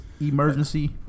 emergency